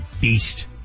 beast